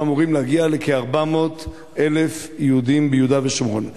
אנחנו אמורים להגיע לכ-400,000 יהודים ביהודה ושומרון.